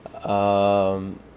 um